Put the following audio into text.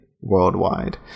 worldwide